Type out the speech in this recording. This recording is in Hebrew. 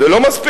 זה לא מספיק.